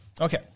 Okay